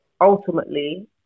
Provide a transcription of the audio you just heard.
ultimately